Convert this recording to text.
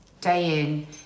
day-in